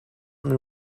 and